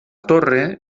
torre